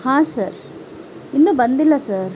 ಹಾಂ ಸರ್ ಇನ್ನು ಬಂದಿಲ್ಲ ಸರ್